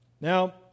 Now